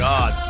God